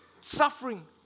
suffering